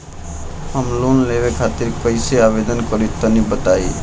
हम लोन लेवे खातिर कइसे आवेदन करी तनि बताईं?